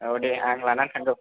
आवदे आं लाना थांगौ